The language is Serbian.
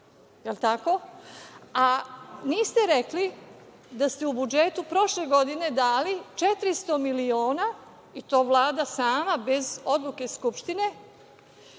jel tako? A niste rekli da ste u budžetu prošle godine dali 400 miliona, i to Vlada sama, bez odluke Skupštine,